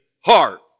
heart